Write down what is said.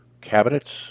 cabinets